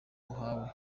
muhawe